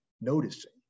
noticing